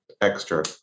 extra